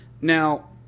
Now